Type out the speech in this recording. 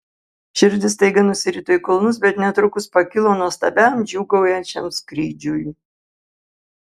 širdis staiga nusirito į kulnus bet netrukus pakilo nuostabiam džiūgaujančiam skrydžiui